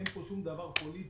אין פה שום דבר פוליטי,